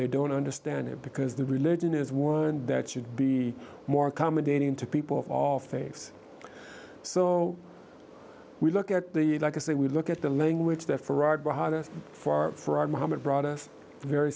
they don't understand it because the religion is one that should be more accommodating to people of all faiths so we look at the like i say we look at the language that for for our moment brought us very